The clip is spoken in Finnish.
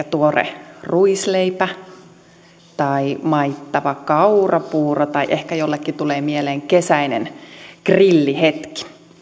tuore ruisleipä tai maittava kaurapuuro tai ehkä jollekin tulee mieleen kesäinen grillihetki